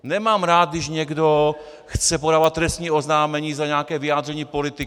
Nemám rád, když někdo chce podávat trestní oznámení za nějaké vyjádření politika.